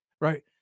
right